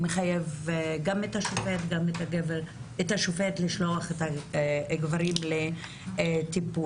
מחייב גם את השופט לשלוח את הגברים לטיפול.